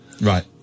Right